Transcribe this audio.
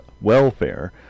Welfare